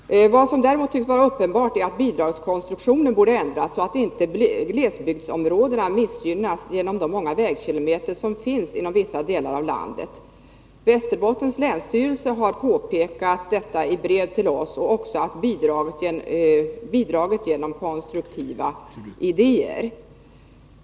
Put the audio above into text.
Herr talman! Vad som däremot tycks vara uppenbart är att bidragskonstruktionen borde ändras, så att glesbygdsområdena och vissa delar av landet inte missgynnas genom det stora antal vägkilometer som där finns. Västerbottens läns länsstyrelse har i brev påpekat detta för oss och även bidragit med konstruktiva idéer.